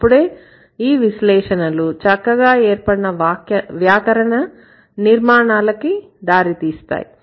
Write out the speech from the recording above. అప్పుడే ఈ విశ్లేషణలు చక్కగా ఏర్పడిన వ్యాకరణ నిర్మాణాలకి దారి తీస్తాయి